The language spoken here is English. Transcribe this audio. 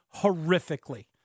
horrifically